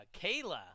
Kayla